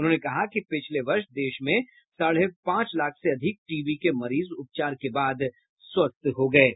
उन्होंने कहा कि पिछले वर्ष देश में साढे पांच लाख से अधिक टीवी के मरीज उपचार के बाद स्वस्थ हो गए हैं